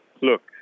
Look